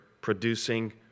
producing